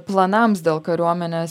planams dėl kariuomenės